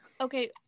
Okay